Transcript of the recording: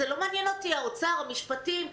זה לא מעניין אותי, האוצר, המשפטים.